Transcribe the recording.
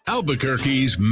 Albuquerque's